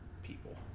people